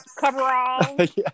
coveralls